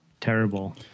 terrible